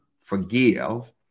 forgive